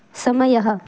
समयः